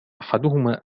أحدهما